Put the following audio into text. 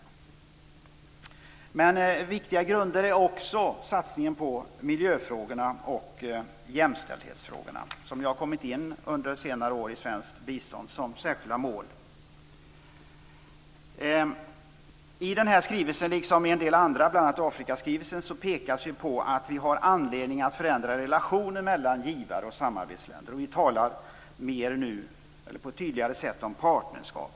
Men viktiga grunder är också satsningen på miljöfrågorna och jämställdhetsfrågorna, som under senare har kommit in som särskilda mål i svenskt bistånd. I denna skrivelse liksom i en del andra skrivelser, bl.a. Afrikaskrivelsen, påpekas att vi har anledning att förändra relationen mellan givar och samarbetsländer. Vi talar nu på ett tydligare sätt om partnerskap.